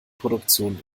produktion